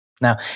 Now